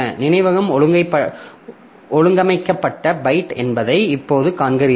நினைவகம் ஒழுங்கமைக்கப்பட்ட பைட் என்பதை இப்போது காண்கிறீர்கள்